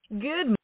Good